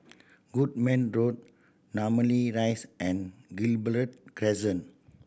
Goodman Road Namly Rise and Gibraltar Crescent